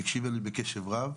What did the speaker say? היא הקשיבה לי בקשב רב.